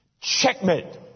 checkmate